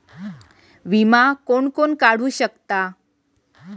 विमा कोण कोण काढू शकता?